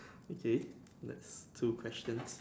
okay that's two questions